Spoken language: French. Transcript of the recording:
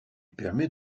permet